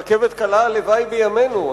רכבת קלה, הלוואי בימינו.